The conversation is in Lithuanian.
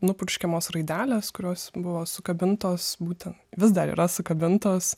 nupurškiamos raidelės kurios buvo sukabintos būtent vis dar yra sukabintos